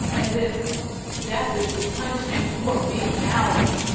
as if death is the punishment for being mouthy.